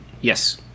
Yes